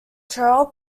trail